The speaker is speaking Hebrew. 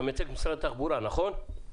אתה מייצג את משרד התחבורה, נכון?